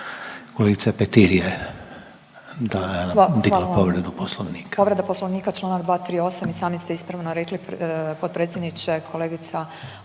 Kolegica Petir je digla povredu poslovnika.